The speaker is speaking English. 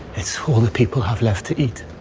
it's all the people have left to it.